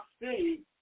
see